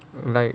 like